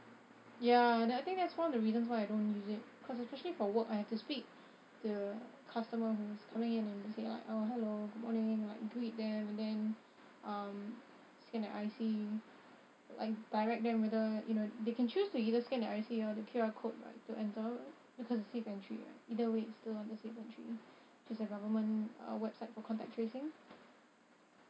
ya that I think that's one of the reasons why I don't use it cause especially for work I have to speak to the customer who's coming in and say like oh hello good morning like greet them and then um scan their I_C and direct them whether you know they can choose to either scan their I_C or the Q_R code right to enter because the safe entry right either way it's still under safe entry which is a government website for contact tracing